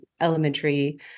elementary